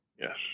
Yes